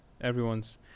Everyone's